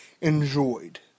enjoyed